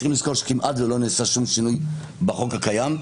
צריכים לזכור שכמעט לא נעשה שום שינוי בחוק הקיים,